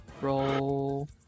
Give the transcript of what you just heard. Roll